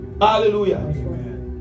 Hallelujah